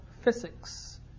physics